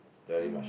very much